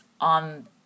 on